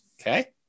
Okay